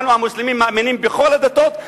אנחנו המוסלמים מאמינים בכל הדתות,